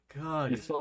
god